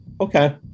okay